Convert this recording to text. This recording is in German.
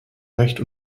recht